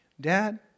Dad